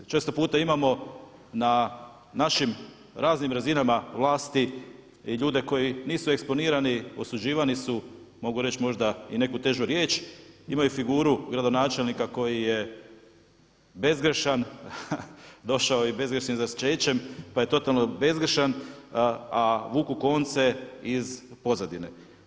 Često puta imamo na našim raznim razinama vlasti i ljude koji nisu eksponirani, osuđivani su, mogu reći možda i neku težu riječ imaju figuru gradonačelnika koji je bezgrešan, došao je i bezgrješnim začećem pa je totalno bezgrješan, a vuku konce iz pozadine.